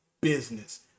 business